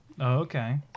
okay